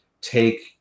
take